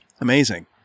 Amazing